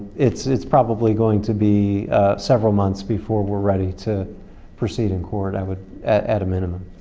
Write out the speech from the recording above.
it's it's probably going to be several months before we're ready to proceed in court i would add a minimum.